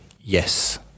Yes